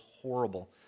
horrible